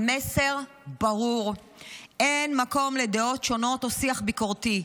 המסר ברור, אין מקום לדעות שונות או שיח ביקורתי.